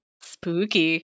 spooky